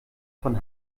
von